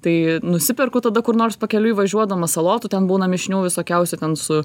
tai nusiperku tada kur nors pakeliui važiuodamas salotų ten būna mišinių visokiausių ten su